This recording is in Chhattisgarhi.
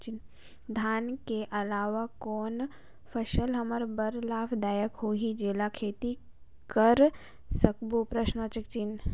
धान के अलावा कौन फसल हमर बर लाभदायक होही जेला खेती करबो?